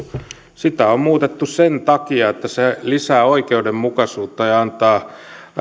sitä on muutettu sen takia että se lisää oikeudenmukaisuutta ja antaa